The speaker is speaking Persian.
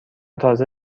تازه